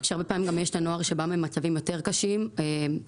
הרבה פעמים יש נוער שמגיע במצב סוציו-אקונומי יותר קשה ונמוך,